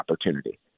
opportunity